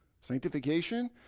Sanctification